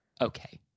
Okay